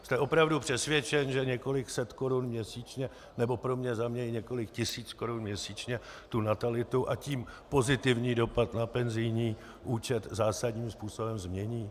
Jste opravdu přesvědčen, že několik set korun měsíčně, nebo pro mě za mě i několik tisíc korun měsíčně, tu natalitu, a tím pozitivní dopad na penzijní účet zásadním způsobem změní?